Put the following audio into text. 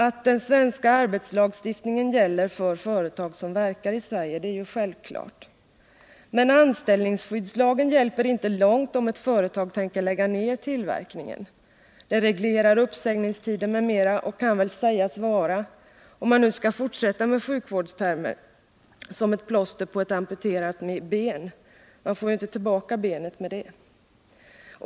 Att den svenska arbetslagstiftningen gäller för företag som verkar i Sverige är ju självklart. Men anställningsskyddslagen hjälper inte långt, om ett företag tänker lägga ned tillverkningen. Det reglerar uppsägningstider m.m. och kan väl sägas vara, om man nu skall fortsätta med sjukvårdstermer, som ett plåster på ett amputerat ben. Benet får man ju inte tillbaka med det.